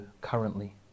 currently